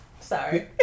Sorry